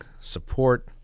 support